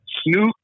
Snoop